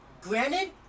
granted